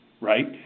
right